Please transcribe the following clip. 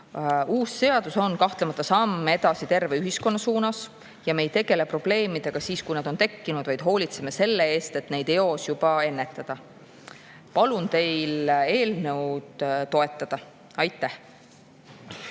Uus seadus on kahtlemata samm edasi terve ühiskonna suunas ja me ei tegele probleemidega siis, kui need on tekkinud, vaid hoolitseme selle eest, et neid eos ennetada. Palun teil eelnõu toetada! Aitäh!